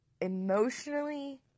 Emotionally